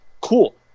Cool